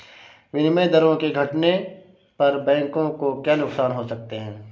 विनिमय दरों के घटने पर बैंकों को क्या नुकसान हो सकते हैं?